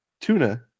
tuna